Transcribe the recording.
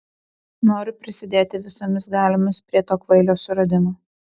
noriu prisidėti visomis galiomis prie to kvailio suradimo